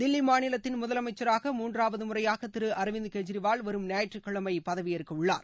தில்லி மாநிலத்தின் முதலமைச்சராக மூன்றாவது முறையாக திரு அரவிந்த் கெஜ்ரிவால் வரும் ஞாயிற்றுக்கிழமை பதவியேற்கவுள்ளார்